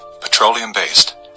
petroleum-based